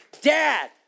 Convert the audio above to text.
Dad